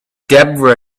debra